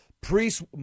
priests